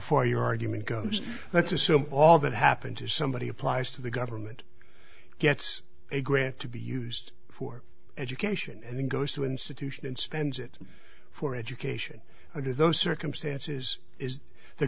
for your argument goes let's assume all that happens is somebody applies to the government gets a grant to be used for education and then goes to institution and spends it for education or do those circumstances is the